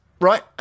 Right